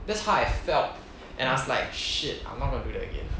that's how I felt and I was like shit I'm not gonna do that again